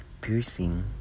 piercing